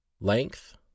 length